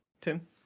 Tim